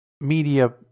media